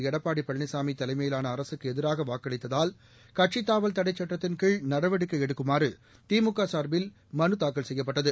எடப்பாடி பழனிசாமி தலைமையிலான அரசுக்கு எதிராக வாக்களித்ததால் கட்சித் தாவல் தடைச் சட்டத்தின் கீழ் நடவடிக்கை எடுக்குமாறு திமுக சார்பில் இன்று மனு தாக்கல் செய்யப்பட்டது